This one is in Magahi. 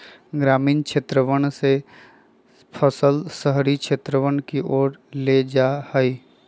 ग्रामीण क्षेत्रवन से फसल शहरी क्षेत्रवन के ओर ले जाल जाहई